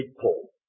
Paul